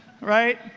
right